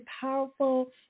powerful